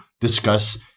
discuss